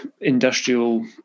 industrial